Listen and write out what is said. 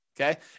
Okay